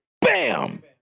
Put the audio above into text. Bam